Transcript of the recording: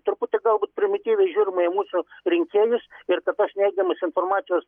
truputį galbūt primityviai žiūrima į mūsų rinkėjus ir kad tos neigiamos informacijos